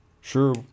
sure